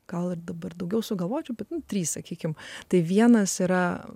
gal dabar daugiau sugalvočiau trys sakykime tai vienas yra